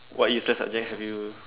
what useless subject have you